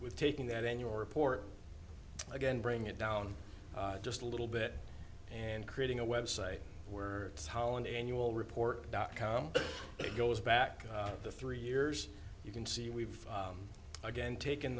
with taking that annual report again bring it down just a little bit and creating a website where how an annual report dot com it goes back to the three years you can see we've again taken